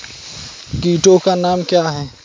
कीटों के नाम क्या हैं?